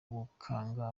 gukanga